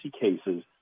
cases